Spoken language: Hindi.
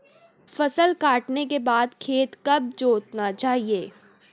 फसल काटने के बाद खेत कब जोतना चाहिये?